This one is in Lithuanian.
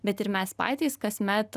bet ir mes patys kasmet